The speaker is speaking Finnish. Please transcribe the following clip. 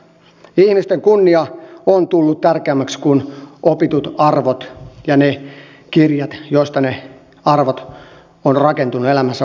ihmisten kunnia on tullut tärkeämmäksi kuin opitut arvot ja ne kirjat joista ne arvot ovat rakentuneet elämän varrelle